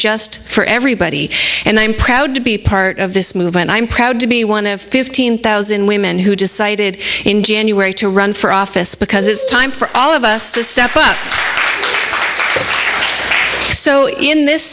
just for everybody and i'm proud to be part of this movement i'm proud to be one of fifteen thousand women who decided in january to run for office because it's time for all of us to step up so in this